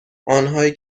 آنهایی